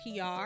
PR